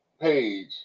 page